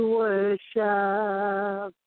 worship